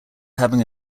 having